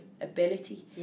ability